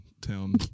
town